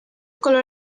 color